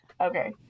Okay